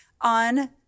on